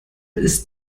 ist